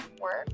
work